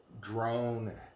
drone